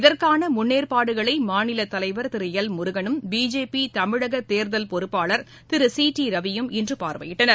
இதற்கானமுன்னேற்பாடுகளைமாநிலத்தலைவர் திருஎல் முருகனும் பிஜேபிதமிழகதேர்தல் பொறுப்பாளர் திருசி டி ரவியும் இன்றுபார்வையிட்டனர்